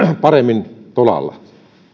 jo paremmalla tolalla